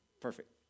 Perfect